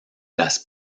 las